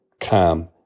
calm